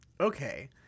Okay